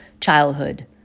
childhood